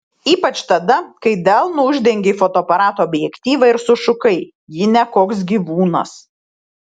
ypač tada kai delnu uždengei fotoaparato objektyvą ir sušukai ji ne koks gyvūnas